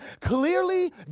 Clearly